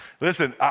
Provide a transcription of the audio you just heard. Listen